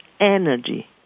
energy